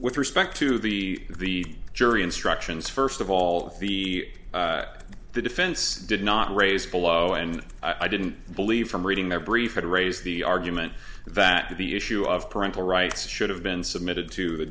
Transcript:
with respect to the jury instructions first of all the defense did not raise below and i didn't believe from reading their brief had raised the argument that the issue of parental rights should have been submitted to the